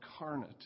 incarnate